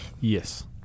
yes